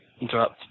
interrupt